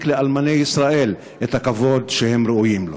לאלמני ישראל את הכבוד שהם ראויים לו.